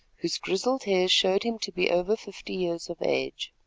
whose grizzled hair showed him to be over fifty years of age.